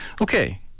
Okay